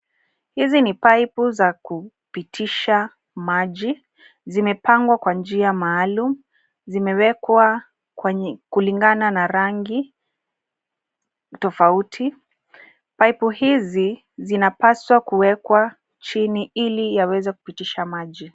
Hizi ni paipu za kupitisha maji. Zimepangwa kwa njia maalum. Zimewekwa kwenye kulingana na rangi tofauti. Paipu hizi, zinapaswa kuwekwa chini ili yaweze kupitisha maji.